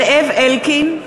(קוראת בשמות חברי הכנסת) זאב אלקין,